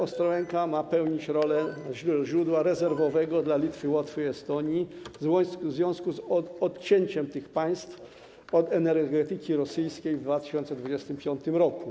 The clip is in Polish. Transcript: Ostrołęka ma także pełnić rolę źródła rezerwowego dla Litwy, Łotwy i Estonii w związku z odcięciem tych państw od energetyki rosyjskiej w 2025 r.